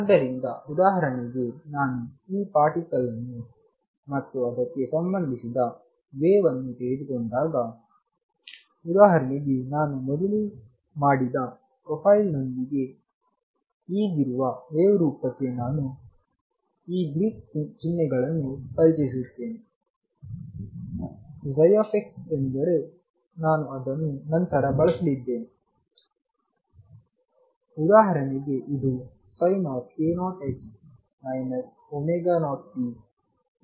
ಆದ್ದರಿಂದ ಉದಾಹರಣೆಗೆ ನಾನು ಈ ಪಾರ್ಟಿಕಲ್ ಅನ್ನು ಮತ್ತು ಅದಕ್ಕೆ ಸಂಬಂಧಿಸಿದ ವೇವ್ ಅನ್ನು ತೆಗೆದುಕೊಂಡಾಗ ಉದಾಹರಣೆಗೆ ನಾನು ಮೊದಲೇ ಮಾಡಿದ ಪ್ರೊಫೈಲ್ನೊಂದಿಗೆ ಈಗಿರುವ ವೇವ್ ರೂಪಕ್ಕೆ ನಾನು ಈ ಗ್ರೀಕ್ ಚಿಹ್ನೆಗಳನ್ನು ಪರಿಚಯಿಸುತ್ತೇನೆ x ಏಕೆಂದರೆ ನಾನು ಅದನ್ನು ನಂತರ ಬಳಸಲಿದ್ದೇನೆ ಉದಾಹರಣೆಗೆ ಇದು Sink0x 0t e x22